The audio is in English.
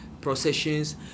processions